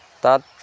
তাত